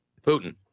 Putin